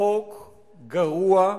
בחוק גרוע,